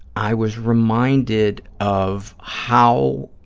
i was reminded of how,